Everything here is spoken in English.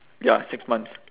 ya six months